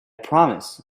promise